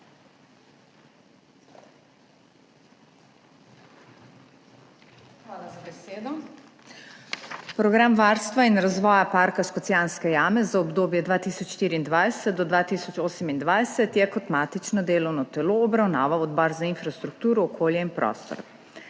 Hvala za besedo. Program varstva in razvoja Parka Škocjanske jame za obdobje od 2024 do 2028 je kot matično delovno telo obravnaval Odbor za infrastrukturo, okolje in prostor.